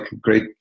great